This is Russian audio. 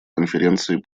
конференции